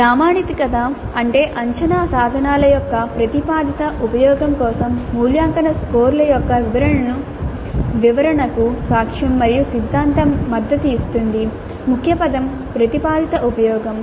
ప్రామాణికత అంటే అంచనా సాధనాల యొక్క ప్రతిపాదిత ఉపయోగం కోసం మూల్యాంకన స్కోర్ల యొక్క వివరణకు సాక్ష్యం మరియు సిద్ధాంతం మద్దతు ఇస్తుంది ముఖ్య పదం ప్రతిపాదిత ఉపయోగం